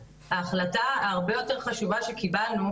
החלטה הרבה יותר חשובה שקיבלנו,